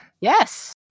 yes